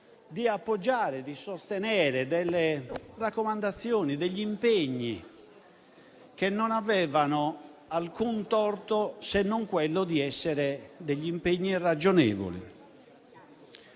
di appoggiare e sostenere delle raccomandazioni e degli impegni che non avevano alcun torto, se non quello di essere degli impegni ragionevoli.